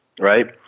Right